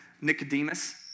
Nicodemus